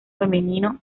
femenino